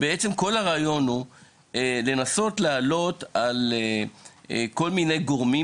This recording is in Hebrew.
בעצם כל הרעיון הוא לנסות לעלות על כל מיני גורמים,